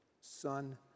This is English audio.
son